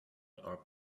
are